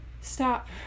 stop